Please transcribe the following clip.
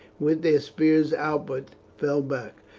with their spears outward, fell back.